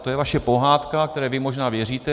To je vaše pohádka, které vy možná věříte.